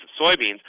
soybeans